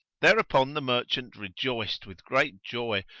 thereupon the merchant rejoiced with great joy,